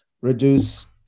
reduce